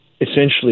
essentially